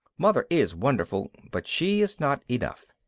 mother is wonderful but she is not enough.